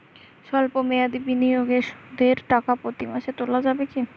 সল্প মেয়াদি বিনিয়োগে সুদের টাকা প্রতি মাসে তোলা যাবে কি?